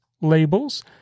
labels